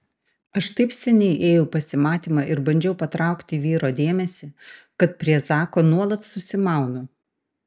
aš taip seniai ėjau į pasimatymą ir bandžiau patraukti vyro dėmesį kad prie zako nuolat susimaunu